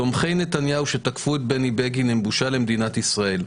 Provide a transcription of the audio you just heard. תומכי נתניהו שתקפו את בני בגין הם בושה למדינת ישראל.